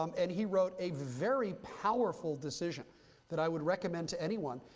um and he wrote a very powerful decision that i would recommend to anyone.